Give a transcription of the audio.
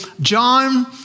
John